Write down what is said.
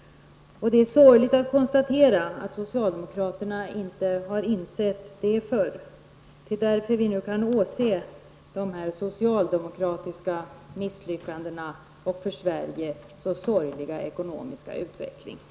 Det är sorgligt att konstatera att socialdemokraterna inte har insett det förr. Det är därför som vi nu kan åse dessa socialdemokratiska misslyckanden och den för Sverige så sorgliga ekonomiska utvecklingen.